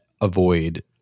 avoid